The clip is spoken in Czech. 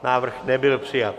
Návrh nebyl přijat.